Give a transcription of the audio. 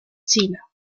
china